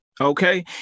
Okay